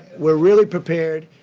we're really prepared.